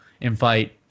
invite